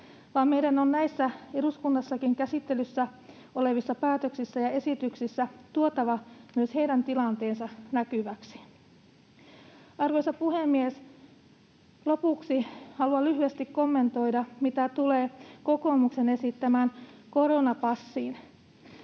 vaan meidän on näissä eduskunnassakin käsittelyssä olevissa päätöksissä ja esityksissä tuotava heidän tilanteensa näkyväksi. Arvoisa puhemies! Lopuksi haluan lyhyesti kommentoida, mitä tulee kokoomuksen esittämään koronapassiin.